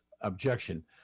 objection